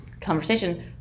conversation